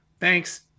thanks